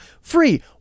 Free